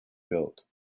built